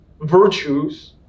virtues